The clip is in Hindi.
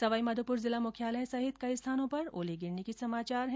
सवाई माधोपुर जिला मुख्यालय सहित कई स्थानों पर भी ओले गिरने के समाचार है